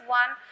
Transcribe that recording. one